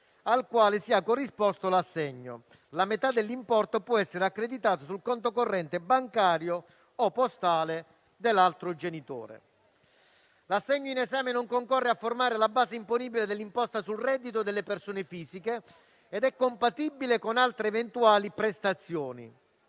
al quale sia corrisposto l'assegno, la metà dell'importo può essere accreditata sul conto corrente bancario o postale dell'altro genitore. L'assegno in esame non concorre a formare la base imponibile dell'imposta sul reddito delle persone fisiche ed è compatibile con altre eventuali prestazioni